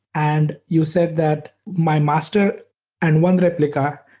and you said that my master and one replica,